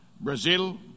Brazil